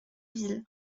ville